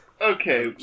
okay